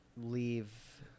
leave